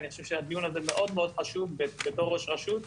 אני חושב שהדיון הזה מאוד מאוד חשוב בתור ראש רשות.